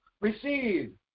receive